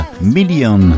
Million